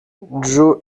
joe